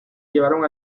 llevaron